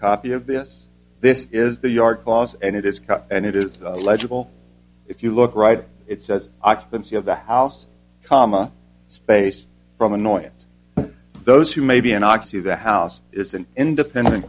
copy of this this is the yard clause and it is cut and it is legible if you look right it says occupancy of the house comma space from annoyance to those who may be an ox of the house is an independent